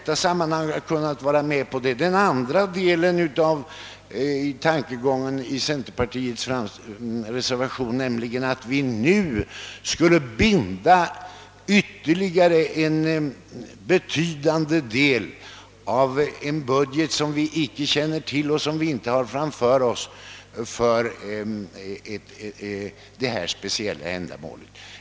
Jag har därför inte kunnat biträda den andra tanken i centerpartiets reservation, nämligen att vi nu skulle för detta speciella ändamål binda ytterligare en betydande del av en budget som vi icke känner till och som vi inte har framför oss.